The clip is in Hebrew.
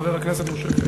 חבר הכנסת משה,